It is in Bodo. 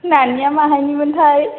नानिया माहायनि मोनथाय